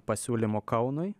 pasiūlymų kaunui